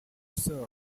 serb